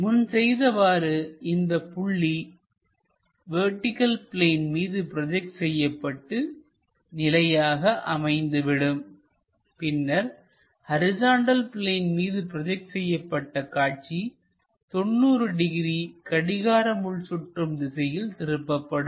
முன் செய்தவாறு இந்தப் புள்ளி வெர்டிகள் பிளேன் மீது ப்ரோஜெக்ட் செய்யப்பட்டு நிலையாக அமைந்துவிடும் பின்னர் ஹரிசாண்டல் பிளேன் மீது ப்ரோஜெக்ட் செய்யப்பட்ட காட்சி 90 டிகிரி கடிகார முள் சுற்றும் திசையில் திருப்பப்படும்